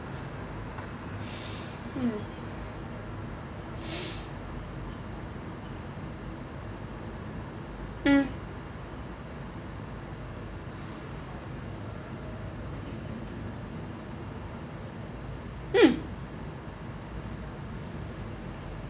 mm mm mm